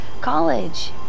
college